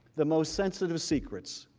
the most sensitive secrets.